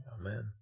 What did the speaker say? Amen